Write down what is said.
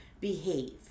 behave